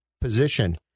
position